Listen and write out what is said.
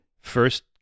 first